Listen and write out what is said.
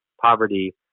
poverty